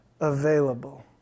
available